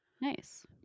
nice